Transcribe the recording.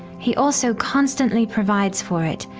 he also constantly provides for it,